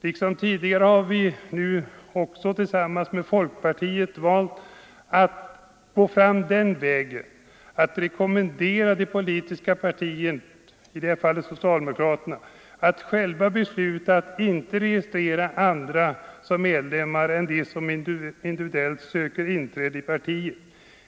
Nu som tidigare har vi i centern liksom folkpartiet valt att gå fram den vägen att rekommendera de politiska partierna — i det här fallet det socialdemokratiska partiet — att själva besluta att inte registrera andra som medlemmar än de som individuellt sökt inträde i partiet.